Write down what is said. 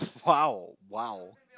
!wow! !wow!